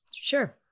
Sure